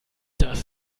das